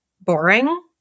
boring